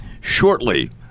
shortly